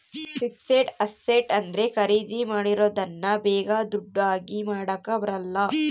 fixed asset ಅಂದ್ರೆ ಖರೀದಿ ಮಾಡಿರೋದನ್ನ ಬೇಗ ದುಡ್ಡು ಆಗಿ ಮಾಡಾಕ ಬರಲ್ಲ